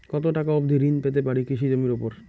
কত টাকা অবধি ঋণ পেতে পারি কৃষি জমির উপর?